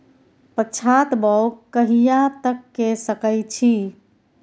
पछात बौग कहिया तक के सकै छी?